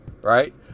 right